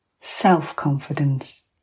Self-confidence